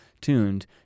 tuned